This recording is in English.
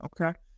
Okay